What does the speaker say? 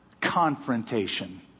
confrontation